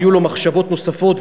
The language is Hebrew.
היו לו מחשבות נוספות,